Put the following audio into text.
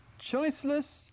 choiceless